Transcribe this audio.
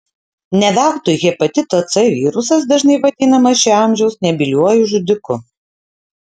ne veltui hepatito c virusas dažnai vadinamas šio amžiaus nebyliuoju žudiku